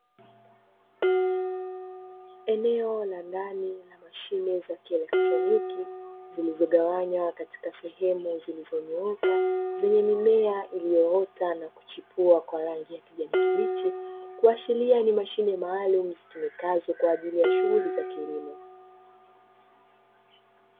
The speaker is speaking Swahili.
Eneo la ndani lenye mashine za kieletroniki zilizogawanywa katika sehemu zilizonyooka zenye mimea iliyoota na kuchipua kwa rangi ya kijani kibichi. Kuashiria kuwa ni mashine maalumu zitumikazo kwa ajili ya shughuli za kilimo.